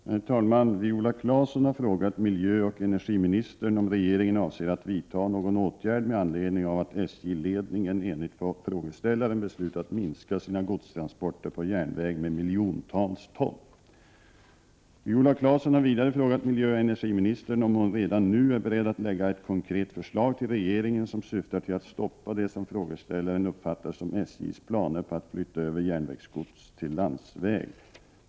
Herr talman! Viola Claesson har frågat miljöoch energiministern om regeringen avser att vidta någon åtgärd med anledning av att SJ-ledningen enligt frågeställaren beslutat minska sina godstranporter på järnväg med miljontals ton. Viola Claesson har vidare frågat miljöoch energiministern om hon redan nu är beredd att lägga fram ett konkret förslag till regeringen som syftar till att stoppa det som frågeställaren uppfattar som SJ:s planer på att flytta över järnvägsgods till landsväg.